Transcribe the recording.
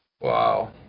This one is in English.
Wow